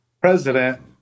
president